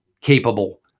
capable